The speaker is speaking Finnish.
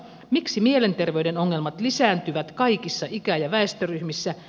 miksi mielenterveyden ongelmat lisääntyvät kaikissa ikä ja väestöryhmissä